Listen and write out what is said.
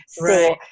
Right